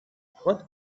what